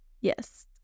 Yes